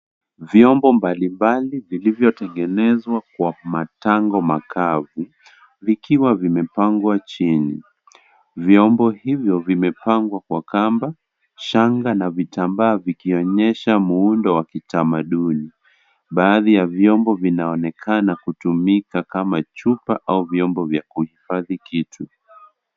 Vyombo mbalimbali zilizotengenezwa kwa matango makavu vikiwa vimepangwa chini . Vyombo hivyo vimepangwa Kwa Kamba ,shanga na vitambaa vikionyesha muundo wa kitamaduni. Baadhi ya vyombo vinaonekana kutumika kama chupa au vyombo cha kuhifadhi kitu.